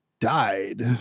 died